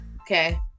Okay